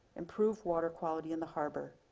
improve water quality in the harbor,